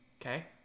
Okay